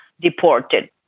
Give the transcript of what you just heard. deported